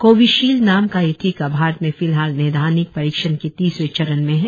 Covishield नाम का यह टीका भारत में फिलहाल नैदानिक परीक्षण के तीसरे चरण में है